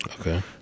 Okay